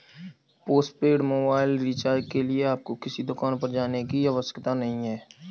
postpaid mobile recharge के लिए आपको किसी दुकान पर जाने की आवश्यकता नहीं है